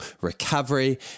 recovery